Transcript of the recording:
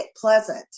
pleasant